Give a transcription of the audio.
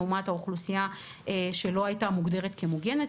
לעומת האוכלוסייה שלא הייתה מוגדרת כמוגנת,